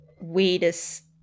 weirdest